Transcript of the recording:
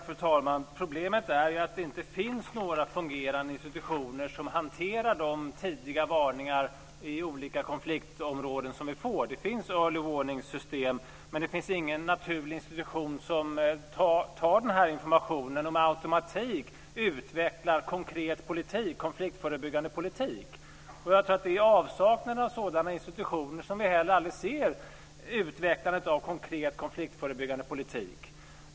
Fru talman! Problemet är ju att det inte finns några fungerande institutioner som hanterar de tidiga varningar i olika konfliktområden som vi får. Det finns early warning systems, men det finns ingen naturlig institution som tar den här informationen och med automatik utvecklar konkret konfliktförebyggande politik. Jag tror att det är på grund av avsaknaden av sådana institutioner som vi heller aldrig ser utvecklandet av konkret konfliktförebyggande politik.